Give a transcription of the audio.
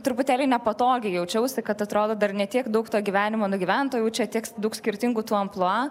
truputėlį nepatogiai jaučiausi kad atrodo dar ne tiek daug to gyvenimo nugyventa jau čia tiek daug skirtingų tų amplua